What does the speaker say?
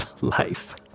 life